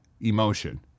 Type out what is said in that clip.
emotion